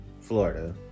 Florida